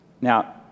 Now